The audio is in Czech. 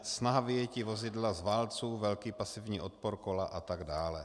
Snaha vyjetí vozidla z válců velký pasivní odpor kola atd.